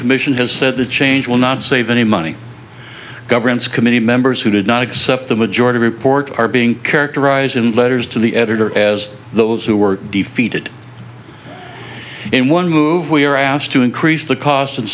commission has said the change will not save any money governance committee members who did not accept the majority report are being characterized in letters to the editor as those who were defeated in one move we are asked to increase the cost